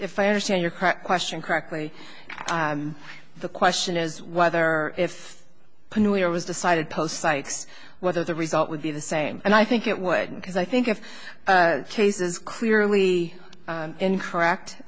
if i understand your crack question correctly the question is whether if i knew it was decided post sikes whether the result would be the same and i think it would because i think of cases clearly incorrect